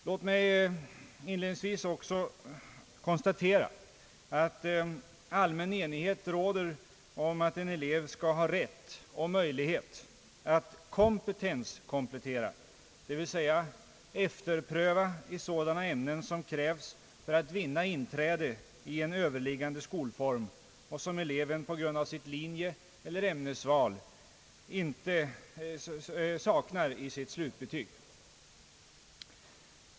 Låt mig inledningsvis konstatera, att allmän enighet råder om att en elev skall ha rätt och möjlighet, att kompetenskomplettera, dvs. efterpröva i sådana ämnen som krävs för att vinna inträde i en överliggande skolform och som eleven på grund av sitt linjeeller ämnesval saknar i sitt slutbetyg.